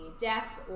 deaf